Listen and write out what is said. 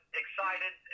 excited